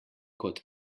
kot